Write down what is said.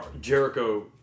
Jericho